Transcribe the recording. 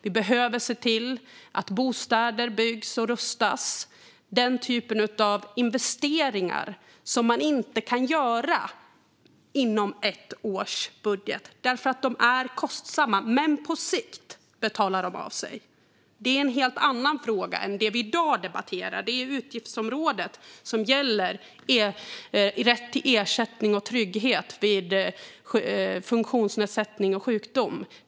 Vi behöver se till att bostäder byggs och rustas upp. Det handlar om en typ av investeringar som man inte kan göra inom ett års budget därför att de är kostsamma. På sikt betalar de sig dock. Detta är en helt annan fråga än den vi i dag debatterar, nämligen det utgiftsområde som omfattar rätt till ersättning och trygghet vid funktionsnedsättning och sjukdom.